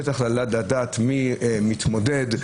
פתח ללדעת מי מתמודד.